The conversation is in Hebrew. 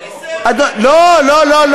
לא, לא.